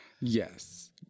Yes